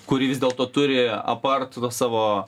kuri vis dėlto turi apart savo